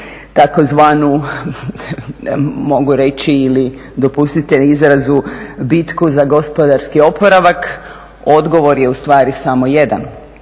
tzv. mogu reći ili dopustite izraz bitku za gospodarski oporavak. Odgovor je ustvari samo jedan,